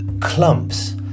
clumps